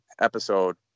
episode